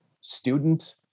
student